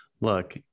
look